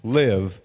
live